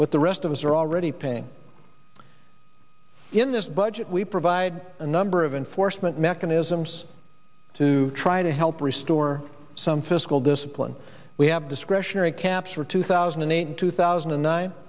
with the rest of us are already paying in this budget we provide a number of enforcement mechanisms to try to help restore some fiscal discipline we have discretionary caps for two thousand and eight and two thousand and ni